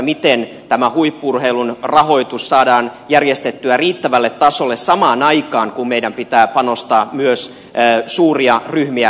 miten tämä huippu urheilun rahoitus saadaan järjestettyä riittävälle tasolle samaan aikaan kun meidän pitää panostaa myös suuria ryhmiä liikuttavaan urheiluun